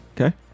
Okay